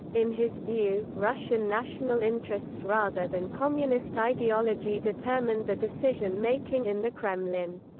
in his view, russian national interests rather than communist ideology determined the decision-making in the kremlin.